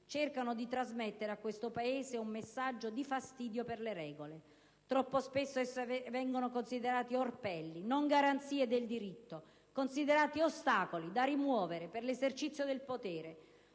cercano di trasmettere al Paese un messaggio di fastidio per le regole. Troppo spesso vengono considerate orpelli, non garanzie del diritto, ostacoli da rimuovere per l'esercizio del potere.